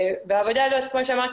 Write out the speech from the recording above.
העבודה הזאת כמו שאמרתי,